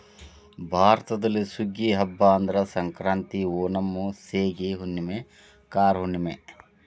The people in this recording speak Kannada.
ಭಾರತದಲ್ಲಿ ಸುಗ್ಗಿಯ ಹಬ್ಬಾ ಅಂದ್ರ ಸಂಕ್ರಾಂತಿ, ಓಣಂ, ಸೇಗಿ ಹುಣ್ಣುಮೆ, ಕಾರ ಹುಣ್ಣುಮೆ